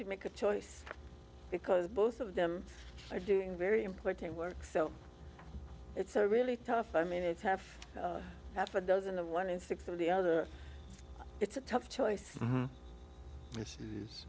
to make a choice because both of them are doing very important work so it's a really tough i mean it's half half a dozen of one in six of the other it's a tough choice